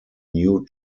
new